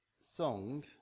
song